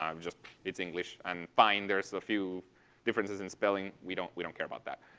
um just it's english and fine, there's the few differences in spelling. we don't we don't care about that.